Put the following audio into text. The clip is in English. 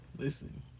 Listen